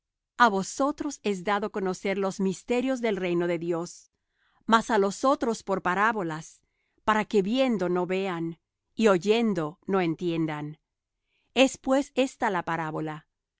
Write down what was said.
a vosotros es dado conocer los misterios del reino de dios mas á los otros por parábolas para que viendo no vean y oyendo no entiendan es pues ésta la parábola